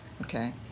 okay